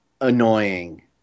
annoying